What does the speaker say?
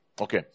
okay